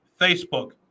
Facebook